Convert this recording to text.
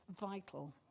vital